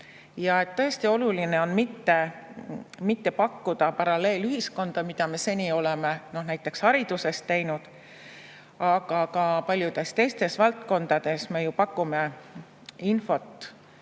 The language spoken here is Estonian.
Ja tõesti oluline on mitte pakkuda paralleelühiskonda, mida me seni oleme näiteks hariduses teinud. Aga ka paljudes teistes valdkondades me ju pakume infot